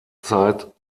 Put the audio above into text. zeit